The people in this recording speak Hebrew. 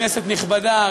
כנסת נכבדה,